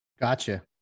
Gotcha